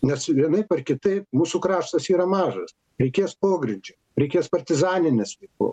nes vienaip ar kitaip mūsų kraštas yra mažas reikės pogrindžio reikės partizaninės veiklos